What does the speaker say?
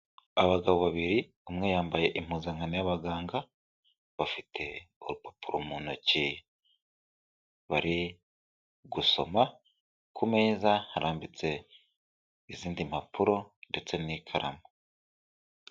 Abagabo babiri umwe yambaye impuzangano y'abaganga bafite urupapuro mu ntoki bari gusoma, ku meza harambitse izindi mpapuro ndetse n'ikaramu.